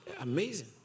Amazing